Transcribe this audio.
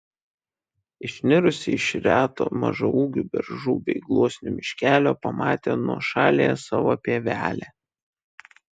išnirusi iš reto mažaūgių beržų bei gluosnių miškelio pamatė nuošaliąją savo pievelę